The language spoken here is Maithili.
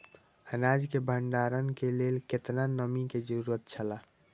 अनाज के भण्डार के लेल केतना नमि के जरूरत छला?